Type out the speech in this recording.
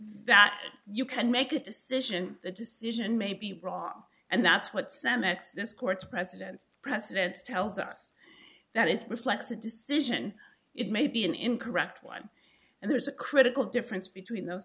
that you can make a decision the decision may be wrong and that's what some at this court to president presidents tells us that it reflects a decision it may be an incorrect one and there's a critical difference between those